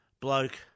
bloke